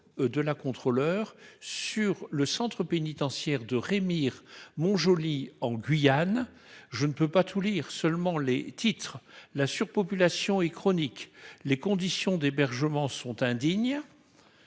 de la Contrôleure sur le centre pénitentiaire de Rémire-Montjoly, en Guyane, dont je vous lirai seulement les titres :« La surpopulation est chronique »,« Les conditions d'hébergement sont indignes